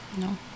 no